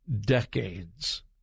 decades